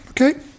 okay